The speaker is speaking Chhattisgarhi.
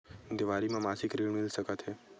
देवारी म मासिक ऋण मिल सकत हे?